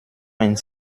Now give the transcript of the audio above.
ein